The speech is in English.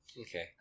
Okay